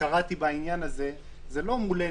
שקראתי בעניין לא מולנו,